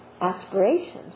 aspirations